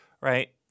right